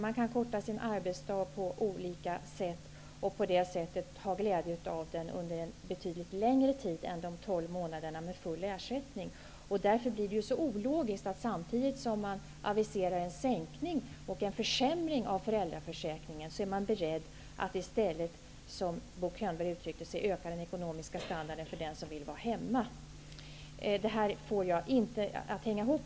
Man kan korta sin arbetsdag på olika sätt och på det viset ha glädje av den under en betydligt längre tid än de tolv månaderna med full ersättning. Därför blir det så ologiskt att man, samtidigt som man aviserar en sänkning och en försämring av föräldraförsäkringen, är beredd att i stället, som Bo Könberg uttryckte sig, försöka öka den ekonomiska standarden för dem som vill vara hemma. Det här får jag inte att hänga ihop.